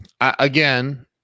again